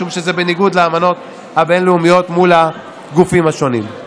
משום שזה בניגוד לאמנות הבין-לאומיות מול הגופים השונים.